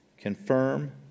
confirm